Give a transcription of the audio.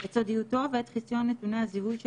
את סודיותו ואת חיסיון נתוני הבריאותהזיהוי של